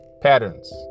patterns